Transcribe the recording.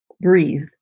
breathe